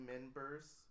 members